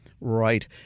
Right